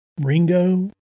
Ringo